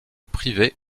privée